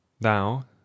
thou